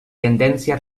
tendència